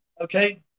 Okay